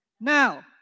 Now